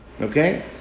okay